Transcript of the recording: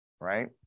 right